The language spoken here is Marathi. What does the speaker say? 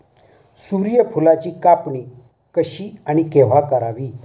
सूर्यफुलाची कापणी कशी आणि केव्हा करावी?